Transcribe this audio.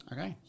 Okay